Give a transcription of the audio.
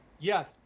Yes